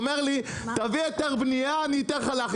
אתה אומר לי: "תביא לי היתר בנייה אני אתן לך לאכלס".